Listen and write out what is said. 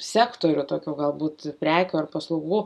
sektorių tokių galbūt prekių ar paslaugų